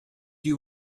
you